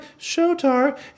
Shotar